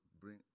bring